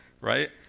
right